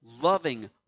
loving